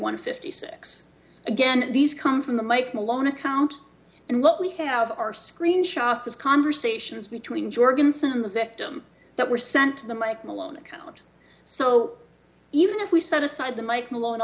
and fifty six again these come from the mike malone account and what we have are screenshots of conversations between jorgensen the victim that were sent to the mike malone account so even if we set aside the mike malone